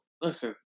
Listen